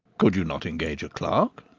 could you not engage a clerk?